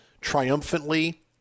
triumphantly